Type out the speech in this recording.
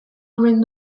omen